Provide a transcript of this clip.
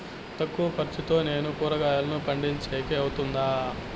తక్కువ ఖర్చుతో నేను కూరగాయలను పండించేకి అవుతుందా?